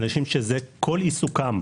אנשים שזה כל עיסוקם,